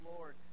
Lord